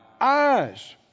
eyes